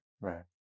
Right